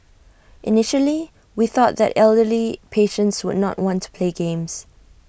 initially we thought that elderly patients would not want to play games